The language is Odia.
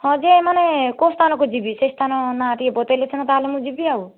ହଁ ଯେ ମାନେ କେଉଁ ସ୍ଥାନକୁ ଯିବି ସେଇ ସ୍ଥାନ ନାଁ ଟିକିଏ ବତେଇଲେ ସିନା ତା'ହେଲେ ମୁଁ ଯିବି ଆଉ